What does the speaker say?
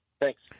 Thanks